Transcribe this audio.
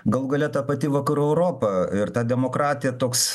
galų gale ta pati vakarų europa ir ta demokratija toks